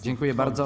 Dziękuję bardzo.